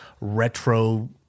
retro